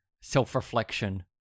self-reflection